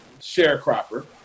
sharecropper